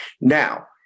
Now